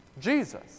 Jesus